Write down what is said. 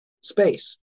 space